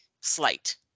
slight